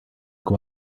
what